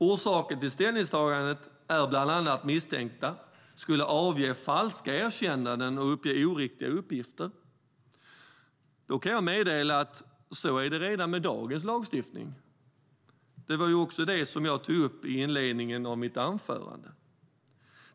Orsaken till ställningstagandet är bland annat att misstänkta skulle avge falska erkännanden och uppge oriktiga uppgifter. Då kan jag meddela att så är det redan med dagens lagstiftning. Det var också det som jag tog upp i inledningen av mitt anförande.